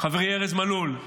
חברי ארז מלול,